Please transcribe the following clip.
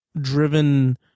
driven